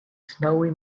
snowy